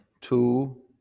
two